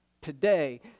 Today